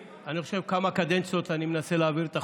אני אנסה לשמור על ענייניות.